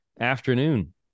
afternoon